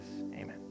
Amen